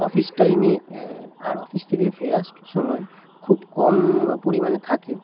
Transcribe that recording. office টাইমে আর office থেকে ফেরার সময় খুব কম পরিমাণে থাকে